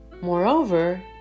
Moreover